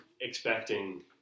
expecting